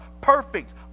perfect